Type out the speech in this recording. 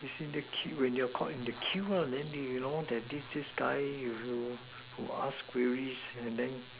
is in the queue when you are caught in the queue lah then you know then there is this guy who ask questions and then